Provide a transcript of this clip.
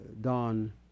Don